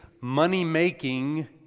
money-making